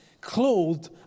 clothed